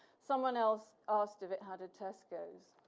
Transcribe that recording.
someone else asked if it had a tesco's.